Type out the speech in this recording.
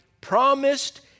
promised